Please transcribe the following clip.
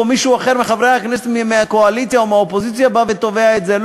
או מישהו אחר מחברי הכנסת מהקואליציה או מהאופוזיציה בא ותובע את זה.